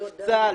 צה"ל,